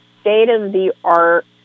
state-of-the-art